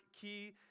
key